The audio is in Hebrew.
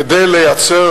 כדי לייצר